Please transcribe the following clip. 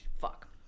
Fuck